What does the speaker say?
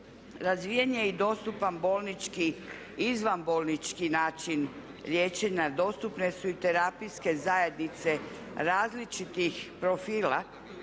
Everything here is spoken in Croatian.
Razvijen je i dostupan bolnički izvanbolnički način liječenja, dostupne su i terapijske zajednice različitih profila